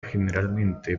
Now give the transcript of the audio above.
generalmente